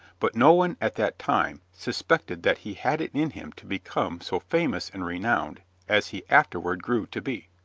but no one at that time suspected that he had it in him to become so famous and renowned as he afterward grew to be.